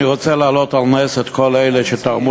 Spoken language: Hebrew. אני רוצה להעלות על נס את כל אלה שתרמו